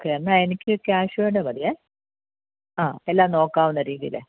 okay എന്നാൽ എനിക്ക് കാശിയോടെ മതിയെ അഹ് എല്ലാം നോക്കാവുന്ന രീതിയിൽ